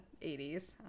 80s